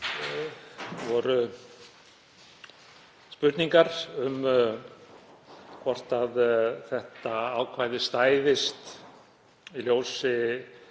Það voru spurningar um hvort þetta ákvæði stæðist í ljósi